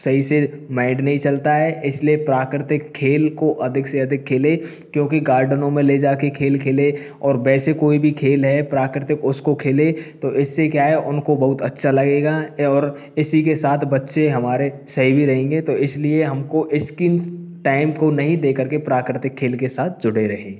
सही से माइंड नहीं चलता है इसलिए प्राकृतिक खेल को अधिक से अधिक खेलें क्योंकि गार्डनों में ले जाके खेल खेलें और वैसे कोई भी खेल है प्राकृतिक उसको खेलें तो इससे क्या है उनको बहुत अच्छा लगेगा और इसी के साथ बच्चे हमारे सही भी रहेंगे तो इसलिए हमको स्कीन्स टाइम को नहीं दे करके प्राकृतिक खेल के साथ जुड़े रहें